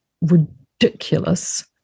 ridiculous